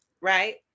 right